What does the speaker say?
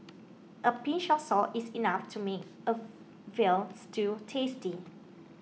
a pinch of salt is enough to make a Veal Stew tasty